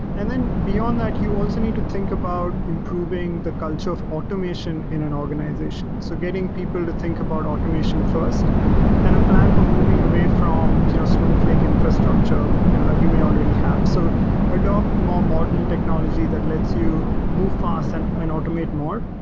and then beyond that, you also need to think about improving the culture of automation in an organization so getting people to think about automation first and a plan for moving away from you know snowflake infrastructure you know that you may already have. so adopt more modern technology that lets you move fast and and automate more.